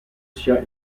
sia